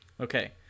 Okay